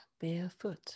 barefoot